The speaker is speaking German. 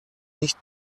nicht